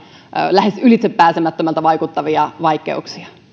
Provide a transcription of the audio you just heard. lähes ylitsepääsemättömältä vaikuttavia vaikeuksia